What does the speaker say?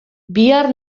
bihar